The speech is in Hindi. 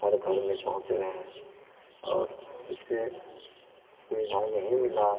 हर घर में पहुँच रहा है और ए इससे सुविधा यही मिली